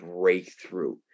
breakthrough